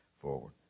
forward